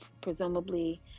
presumably